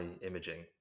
imaging